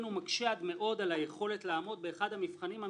בעניין הזה?